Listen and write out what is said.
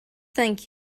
thank